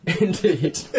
Indeed